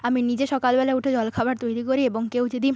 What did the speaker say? আমি নিজে সকালবেলা উঠে জলখাবার তৈরি করি এবং কেউ যদি